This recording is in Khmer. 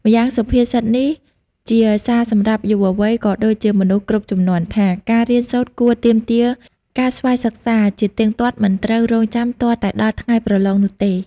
ម្យ៉ាងសុភាសិតនេះ ជាសារសម្រាប់យុវវ័យ ក៏ដូចជាមនុស្សគ្រប់ជំនាន់ថា ការរៀនសូត្រគួរទាមទារការស្វ័យសិក្សាជាទៀងទាត់មិនត្រូវរងចាំទាល់តែដល់ថ្ងៃប្រឡងនោះទេ។